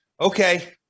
okay